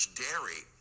dairy